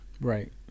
Right